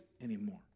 anymore